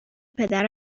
پدر